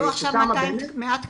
קיבלו עכשיו 100 תקנים.